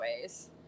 ways